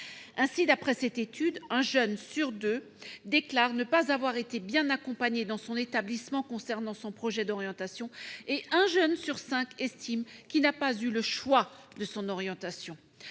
Ainsi, d'après cette étude, un jeune sur deux déclare ne pas avoir été bien accompagné dans son établissement pour ce qui concerne son projet d'orientation et un jeune sur cinq estime qu'il n'a pas eu le choix de son orientation.